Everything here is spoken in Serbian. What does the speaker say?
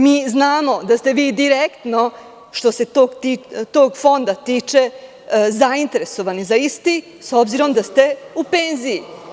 Mi znamo da ste vi direktno, što se tog fonda tiče, zainteresovani za isti, s obzirom da ste u penziji.